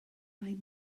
mae